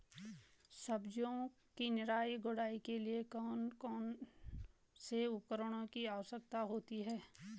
सब्जियों की निराई गुड़ाई के लिए कौन कौन से उपकरणों की आवश्यकता होती है?